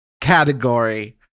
category